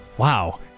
Wow